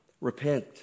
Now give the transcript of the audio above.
repent